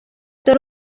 dore